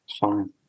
Fine